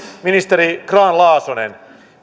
ministeri grahn laasonen